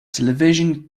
television